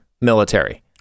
military